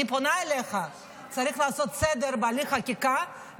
אני פונה אליך: צריך לעשות סדר בהליך החקיקה,